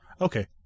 Okay